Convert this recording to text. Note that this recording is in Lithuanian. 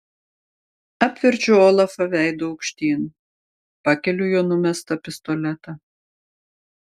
apverčiu olafą veidu aukštyn pakeliu jo numestą pistoletą